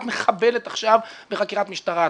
את מחבלת עכשיו בחקירת משטרה.